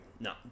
no